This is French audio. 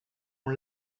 ont